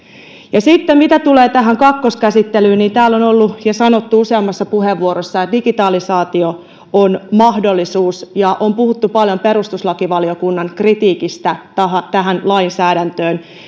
mitä sitten tulee tähän kakkoskäsittelyyn niin täällä on sanottu useammassa puheenvuorossa että digitalisaatio on mahdollisuus ja on puhuttu paljon perustuslakivaliokunnan kritiikistä tähän tähän lainsäädäntöön